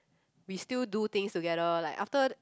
we still do things together like after